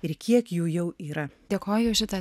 ir kiek jų jau yra dėkoju šitą